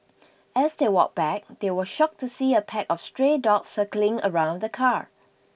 as they walked back they were shocked to see a pack of stray dogs circling around the car